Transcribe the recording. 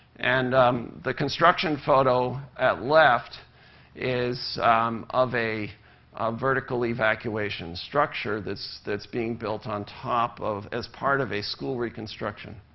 and the construction photo at left is of a vertical evacuation structure that's that's being built on top of as part of a school reconstruction.